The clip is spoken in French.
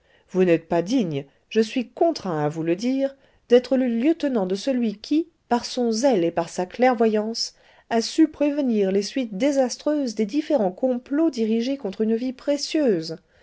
vous n'êtes pas digne je suis contraint à vous le dire d'être le lieutenant de celui qui par son zèle et par sa clairvoyance a su prévenir les suites désastreuses des différents complots dirigés contre une vie précieuse